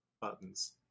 buttons